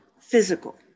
physical